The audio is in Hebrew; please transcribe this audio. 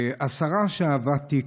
השרה שאהבה טיקטוק.